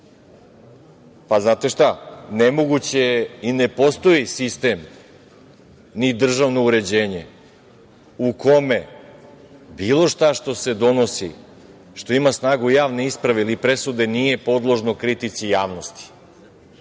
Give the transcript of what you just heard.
urade. Znate šta, nemoguće je i ne postoji sistem ni državno uređenje u kome bilo šta što se donosi, što ima snagu javne isprave ili presude, nije podložno kritici javnosti.